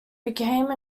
became